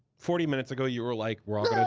forty minutes ago, you were like, we're all